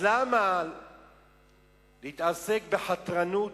למה להתעסק בחתרנות